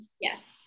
Yes